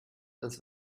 das